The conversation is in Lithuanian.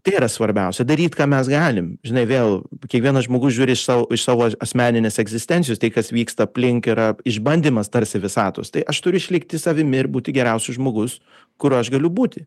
tai yra svarbiausia daryt ką mes galim žinai vėl kiekvienas žmogus žiūri iš savo iš savo asmeninės egzistencijos tai kas vyksta aplink yra išbandymas tarsi visatos tai aš turiu išlikti savimi ir būti geriausiu žmogus kur aš galiu būti